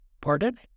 Pardon